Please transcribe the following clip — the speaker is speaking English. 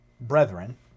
Brethren